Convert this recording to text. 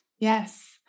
Yes